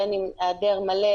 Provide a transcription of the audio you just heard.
בין אם העדר מלא,